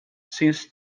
since